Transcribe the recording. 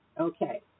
Okay